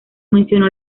mencionó